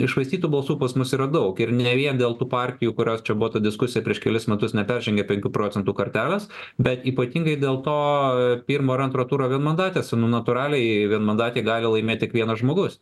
iššvaistytų balsų pas mus yra daug ir ne vien dėl tų partijų kurios čia buvo ta diskusija prieš kelis metus neperžengė penkių procentų kartelės bet ypatingai dėl to pirmo ir antro turo vienmandatėse na natūraliai vienmandatėj gali laimėt tik vienas žmogus